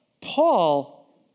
Paul